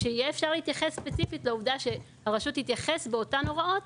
כשיהיה אפשר להתייחס ספציפית לעובדה שהרשות תתייחס באותן הוראות